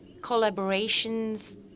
collaborations